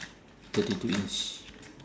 thirty two inch